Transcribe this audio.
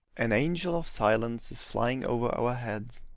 an angel of silence is flying over our heads.